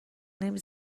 نمی